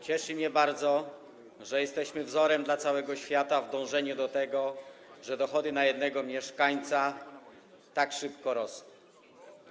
Cieszy mnie bardzo, że jesteśmy wzorem dla całego świata w dążeniu do tego, by dochody na jednego mieszkańca tak szybko rosły.